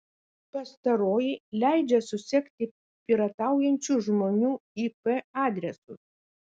pastaroji leidžia susekti pirataujančių žmonių ip adresus